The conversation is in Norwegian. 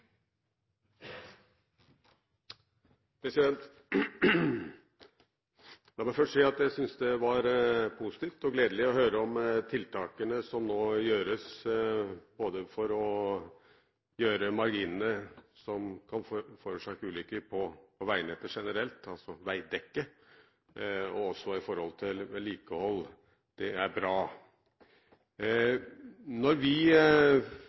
La meg først si at jeg syntes det var positivt og gledelig å høre om tiltakene som nå gjøres for å minske marginene som kan forårsake ulykker på veinettet generelt, altså veidekket, og for vedlikehold. Det er bra. Når vi